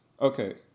Okay